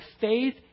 faith